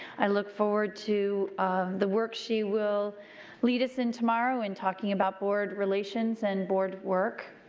i look forward to the work she will lead us in tomorrow in talking about board relations and board work.